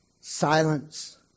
Silence